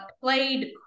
played